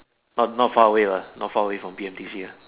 but not far away lah not far away from B_M_T_C uh